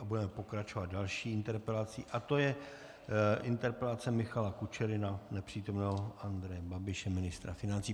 Budeme pokračovat další interpelací a to je interpelace Michala Kučery na nepřítomného Andreje Babiše, ministra financí.